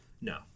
No